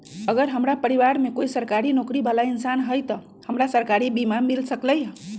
अगर हमरा परिवार में कोई सरकारी नौकरी बाला इंसान हई त हमरा सरकारी बीमा मिल सकलई ह?